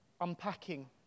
unpacking